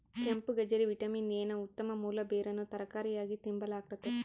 ಕೆಂಪುಗಜ್ಜರಿ vitamin A ನ ಉತ್ತಮ ಮೂಲ ಬೇರನ್ನು ತರಕಾರಿಯಾಗಿ ತಿಂಬಲಾಗ್ತತೆ